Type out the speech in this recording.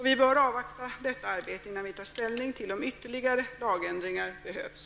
Vi bör avvakta detta arbete, innan vi tar ställning till om ytterligare lagändringar behövs.